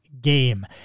game